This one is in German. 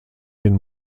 den